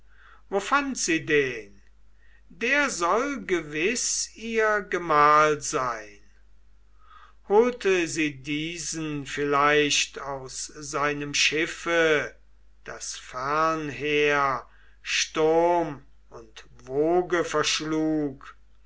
sie den der soll gewiß ihr gemahl sein holte sie diesen vielleicht aus seinem schiffe das fernher sturm und woge verschlug